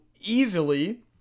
easily